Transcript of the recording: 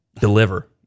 deliver